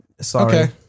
Sorry